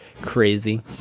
crazy